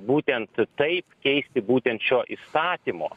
būtent taip keisti būtent šio įsakymo